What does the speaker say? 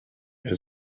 wer